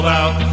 out